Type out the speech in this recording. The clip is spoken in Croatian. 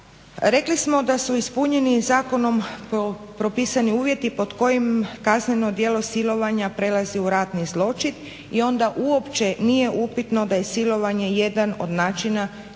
Rekli smo da su ispunjeni i zakonom propisani uvjeti pod kojim kazneno djelo silovanja prelazi u ratni zločin i onda uopće nije upitno da je silovanje jedan od načina izvršenja